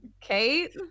kate